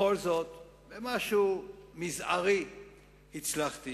בכל זאת, במשהו מזערי הצלחתי,